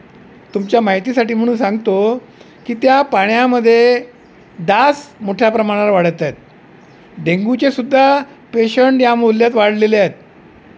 तुमच्या माहितीसाठी म्हणून सांगतो की त्या पाण्यामध्ये डास मोठ्या प्रमाणावर वाढत आहेत डेंगूचेसुद्धा पेशंट या मोहल्ल्यात वाढलेले आहेत